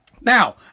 Now